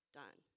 done